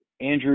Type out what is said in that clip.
Andrew